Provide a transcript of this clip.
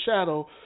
shadow